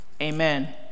amen